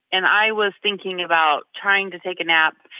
and i was thinking about trying to take a nap.